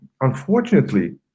unfortunately